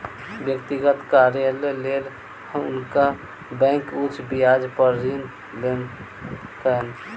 व्यक्तिगत कार्यक लेल हुनका बैंक उच्च ब्याज पर ऋण देलकैन